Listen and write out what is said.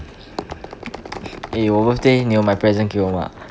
eh 我 birthday 你有买 present 给我吗